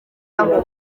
aho